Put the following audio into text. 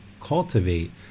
cultivate